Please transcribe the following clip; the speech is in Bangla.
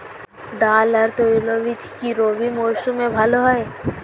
ডাল আর তৈলবীজ কি রবি মরশুমে ভালো হয়?